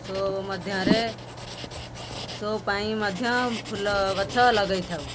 show ମଧ୍ୟରେ show ପାଇଁ ମଧ୍ୟ ଫୁଲ ଗଛ ଲଗେଇଥାଉ